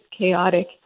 chaotic